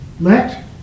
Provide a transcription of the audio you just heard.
let